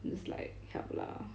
is like help lah